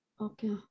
okay